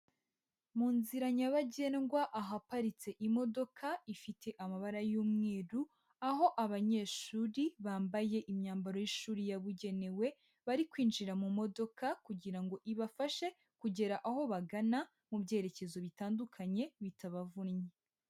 Mu nzira nyabagendwa ahaparitse imodoka ifite amabara y'umweru, aho abanyeshuri bambaye imyambaro y'ishuri yabugenewe bari kwinjira mu modoka kugira ngo ibafashe kugera aho bagana mu byerekezo bitandukanye bitabavunnye.